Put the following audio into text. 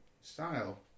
style